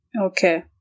Okay